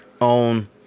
on